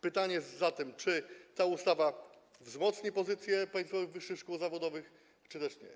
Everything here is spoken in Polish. Pytanie zatem: Czy ta ustawa wzmocni pozycję państwowych wyższych szkół zawodowych, czy też nie?